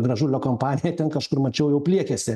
gražulio kompanija ten kažkur mačiau jau pliekiasi